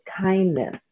kindness